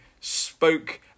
spoke